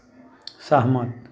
सहमत